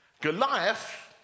Goliath